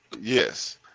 Yes